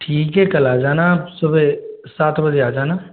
ठीक है कल आ जाना आप सुबह सात बजे आ जाना